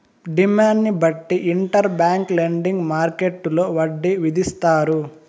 డిమాండ్ను బట్టి inter bank lending మార్కెట్టులో వడ్డీ విధిస్తారు